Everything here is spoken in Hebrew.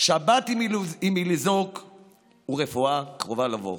שבת היא מלזעוק ורפואה קרובה לבוא.